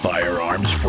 Firearms